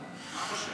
אבא שלו.